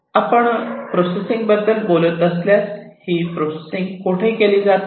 आपण प्रोसेसिंग बद्दल बोलत असल्यास ही प्रोसेसिंग कोठे केली जाते